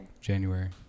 January